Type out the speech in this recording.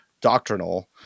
doctrinal